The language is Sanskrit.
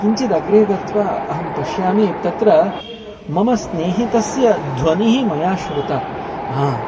किञ्चिदग्रे गत्वा अहं पश्यामि तत्र मम स्नेहितस्य ध्वनिः मया श्रुता हा